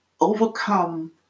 overcome